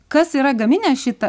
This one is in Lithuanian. kas yra gaminęs šitą